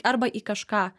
arba į kažką